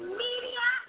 media